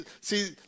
see